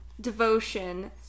devotion